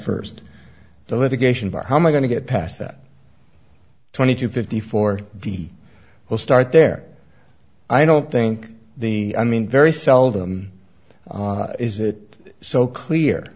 first the litigation about how my going to get past that twenty two fifty four d will start there i don't think the i mean very seldom is it so clear